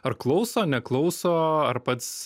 ar klauso neklauso ar pats